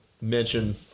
mention